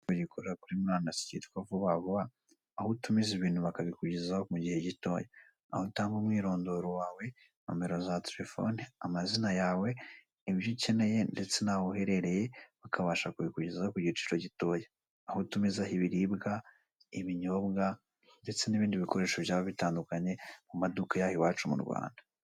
Ikigo gikorera kuri murandasi cyitwa vuba vuba, aho utumiza ibintu bakabikugezaho mu gihe gitoya. Aho utanga umwirondoro wawe, nomero za telefoni, amazina yawe, ibyo ukeneye ndetse n'aho uherereye bakabasha kubikugezaho ku giciro gitoya. Aho utumizaho ibiribwa, ibinyobwa ndetse n'ibindi bikoresho byaba bitandukanye mu maduka y'aha iwacu mu Rwanda.